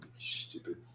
stupid